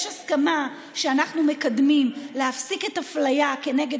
יש הסכמה שאנחנו מקדמים להפסיק את האפליה כנגד